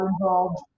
involved